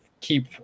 keep